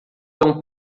cão